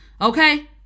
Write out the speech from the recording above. Okay